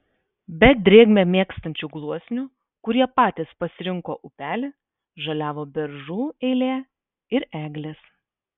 be drėgmę mėgstančių gluosnių kurie patys pasirinko upelį žaliavo beržų eilė ir eglės